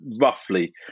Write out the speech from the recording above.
roughly